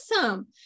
Awesome